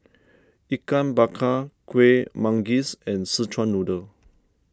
Ikan Bakar Kueh Manggis and Szechuan Noodle